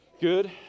Good